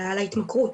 על ההתמכרות.